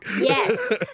Yes